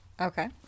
Okay